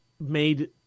made